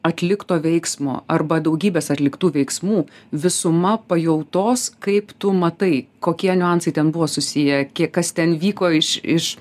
atlikto veiksmo arba daugybės atliktų veiksmų visuma pajautos kaip tu matai kokie niuansai ten buvo susiję kiek kas ten vyko iš iš